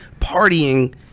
partying